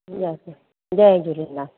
ईंदासीं जय झूलेलाल